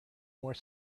more